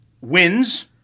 wins